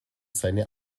seine